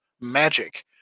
Magic